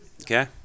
Okay